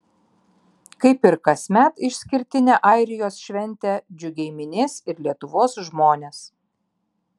kaip ir kasmet išskirtinę airijos šventę džiugiai minės ir lietuvos žmonės